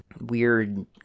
weird